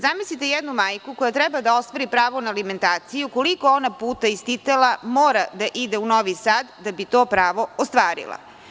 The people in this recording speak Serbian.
Zamislite jednu majku koja treba da ostvari pravo na alimentaciju, koliko ona puta iz Titela mora da ide u Novi Sad da bi to pravo ostvarila.